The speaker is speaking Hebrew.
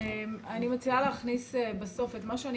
אני מציעה להכניס בסוף את מה שאני